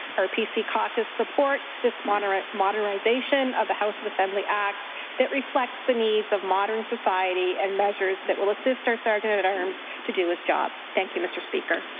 our pc caucus supports this modernization of the house of assembly act that reflects the needs of modern society and measures that will assist our sergeant-at-arms to do his job. thank you mr. speaker.